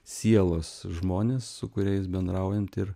sielos žmonės su kuriais bendraujant ir